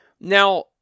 Now